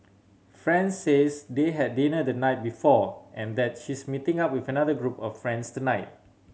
friend says they had dinner the night before and that she's meeting up with another group of friends tonight